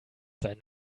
seinen